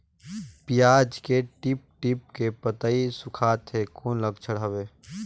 पियाज के टीप टीप के पतई सुखात हे कौन लक्षण हवे?